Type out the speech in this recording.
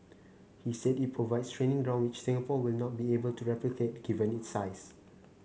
he said it provides training ground which Singapore will not be able to replicate given its size